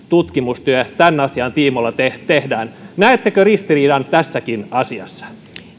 tutkimustyö tämän asian tiimoilla tehdään näettekö ristiriidan tässäkin asiassa